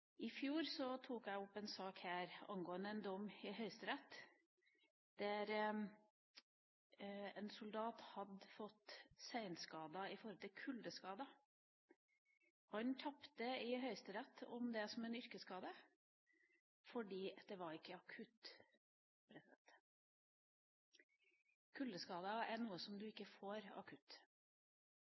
I fjor tok jeg opp en sak her angående en dom i Høyesterett, der en soldat hadde fått seinskader etter kuldeskader. Han tapte i Høyesterett om dette som en yrkesskade fordi det ikke var akutt. Kuldeskader er noe som du ikke får akutt.